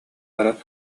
баран